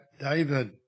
David